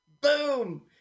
Boom